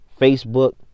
Facebook